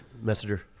messenger